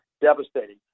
devastating